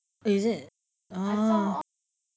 is it err oh